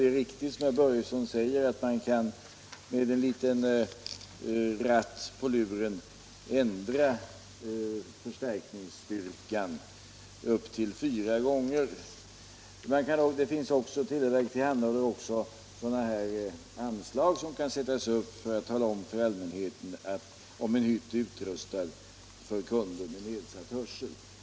Det är riktigt som herr Börjesson säger, att man med en liten ratt på luren kan höja ljudstyrkan upp till fyra gånger. Televerket tillhandahåller också anslag, som kan sättas upp på hytten och som talar om för allmänheten att apparaten är utrustad för kunder med nedsatt hörsel.